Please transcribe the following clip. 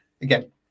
again